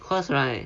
first right